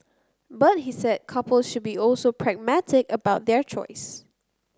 but he said couples should also be also pragmatic about their choice